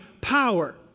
power